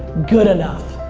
good enough.